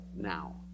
now